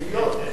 נבזיות.